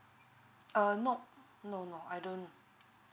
err no no no I don't